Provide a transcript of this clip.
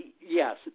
Yes